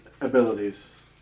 abilities